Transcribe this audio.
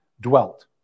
dwelt